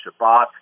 Shabbat